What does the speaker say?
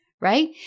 right